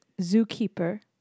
zookeeper